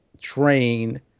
train